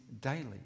daily